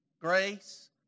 grace